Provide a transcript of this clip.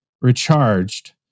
recharged